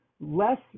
less